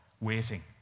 waiting